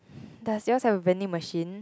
does yours have a vending machine